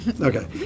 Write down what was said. Okay